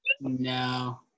No